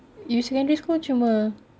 you secondary school cuma